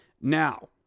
Now